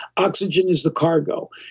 oxygen is the cargo.